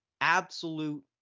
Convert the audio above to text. absolute